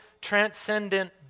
transcendent